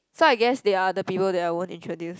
so I guess they are the people that I won't introduce